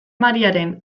mariaren